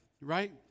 right